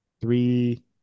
three